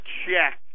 check